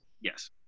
Yes